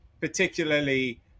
particularly